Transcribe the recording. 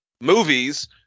movies